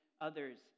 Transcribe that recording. others